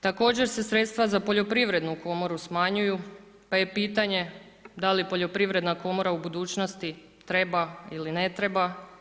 Također se sredstva za Poljoprivrednu komoru smanjuju pa je pitanje da li Poljoprivredna komora u budućnosti treba ili ne treba.